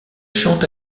chante